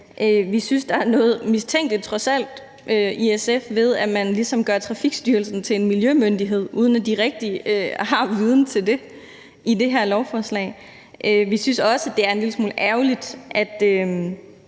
at man i det her lovforslag ligesom gør Trafikstyrelsen til en miljømyndighed, uden at de rigtig har viden til det. Vi synes også, at det er en lille smule ærgerligt, at